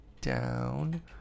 down